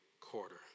quarter